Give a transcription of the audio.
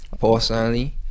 Personally